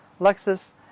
Lexus